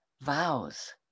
vows